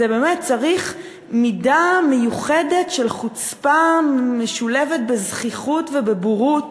באמת צריך מידה של חוצפה משולבת בזחיחות ובבורות